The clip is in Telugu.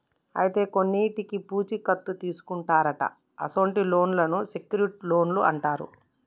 అయితే కొన్నింటికి పూచీ కత్తు తీసుకుంటారట అసొంటి లోన్లను సెక్యూర్ట్ లోన్లు అంటారు